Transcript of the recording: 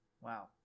Wow